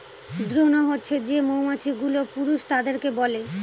drone হছে যে মৌমাছি গুলো পুরুষ তাদেরকে বলে